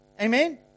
Amen